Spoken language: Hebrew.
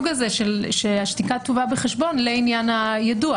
הזה שהשתיקה תובא בחשבון לעניין היידוע.